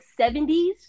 70s